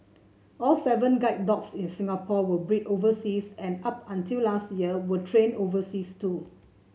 all seven guide dogs in Singapore were bred overseas and up until last year were trained overseas too